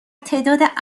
تعداد